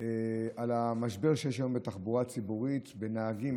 על המשבר שיש היום בתחבורה הציבורית בנהגים,